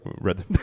read